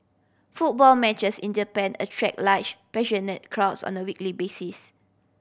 football matches in Japan attract large passionate crowds on a weekly basis